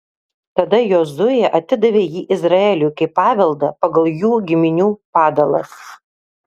tada jozuė atidavė jį izraeliui kaip paveldą pagal jų giminių padalas